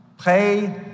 Pay